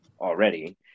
already